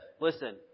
listen